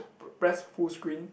press full screen